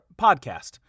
podcast